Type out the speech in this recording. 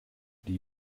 die